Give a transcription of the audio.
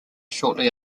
shortly